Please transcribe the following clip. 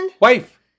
Wife